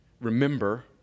remember